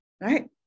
right